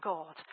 God